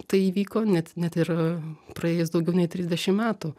tai įvyko net net ir praėjus daugiau nei trisdešim metų